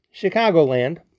Chicagoland